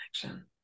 connection